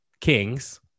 kings